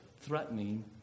threatening